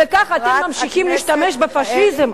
וכך אתם ממשיכים להשתמש בפאשיזם.